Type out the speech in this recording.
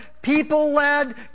people-led